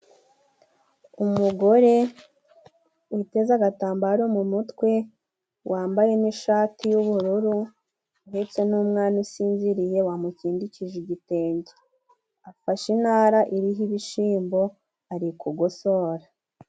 Umugore uteze agatambaro mu mutwe wambaye n'ishati y'ubururu ndetse n'umwana usinziriye wamukindikije igitenge afashe intara iriho ibishimbo ari kugosora.